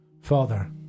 Father